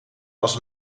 was